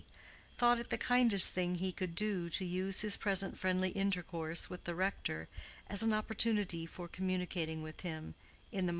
thought it the kindest thing he could do to use his present friendly intercourse with the rector as an opportunity for communicating with him,